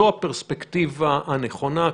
זו הפרספקטיבה הנכונה.